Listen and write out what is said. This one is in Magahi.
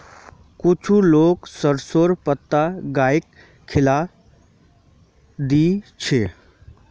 कुछू लोग सरसोंर पत्ता गाइक खिलइ दी छेक